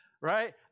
Right